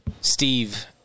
Steve